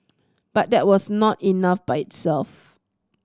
but that was not enough by itself